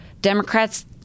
Democrats